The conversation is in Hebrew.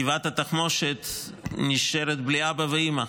גבעת התחמושת נשארת בלי אבא ואימא.